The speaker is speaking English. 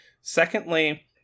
Secondly